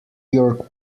york